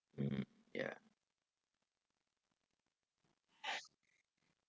mm ya